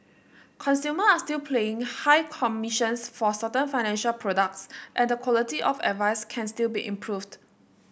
consumers are still paying high commissions for certain financial products and the quality of advice can still be improved